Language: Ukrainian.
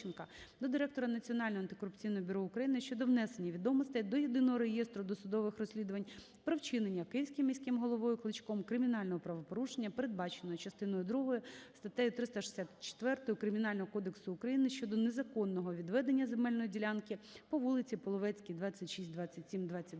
до директора Національного антикорупційного бюро України щодо внесення відомостей до Єдиного реєстру досудових розслідувань про вчинення Київським міським головою Кличком. кримінального правопорушення, передбаченого частиною другою статтею 364 Кримінального кодексу України щодо незаконного відведення земельної ділянки по вулиці Половецькій 25/27-29